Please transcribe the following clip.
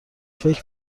فکر